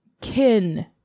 kin